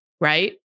right